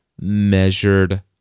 measured